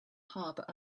harbour